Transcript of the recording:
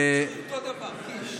כל נאום שלך אותו דבר, קיש.